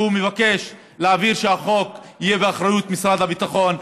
והוא מבקש להבהיר שהחוק יהיה באחריות משרד הביטחון.